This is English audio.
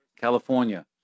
California